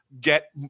get